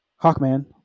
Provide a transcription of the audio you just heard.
Hawkman